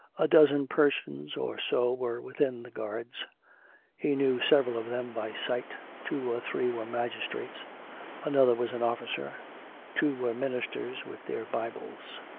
a dozen persons or so were within the guards he knew several of them by sight two or three were magistrates another was an officer two were ministers with their bibles.